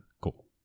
cool